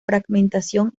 fragmentación